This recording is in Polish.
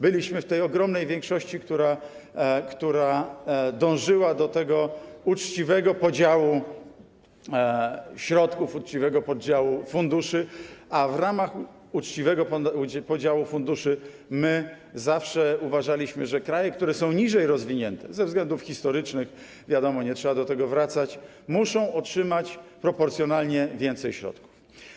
Byliśmy w tej ogromnej większości, która dążyła do uczciwego podziału środków, uczciwego podziału funduszy, a w ramach uczciwego podziału funduszy my zawsze uważaliśmy, że kraje, które są niżej rozwinięte, ze względów historycznych, wiadomo, nie trzeba do tego wracać, muszą otrzymać proporcjonalnie więcej środków.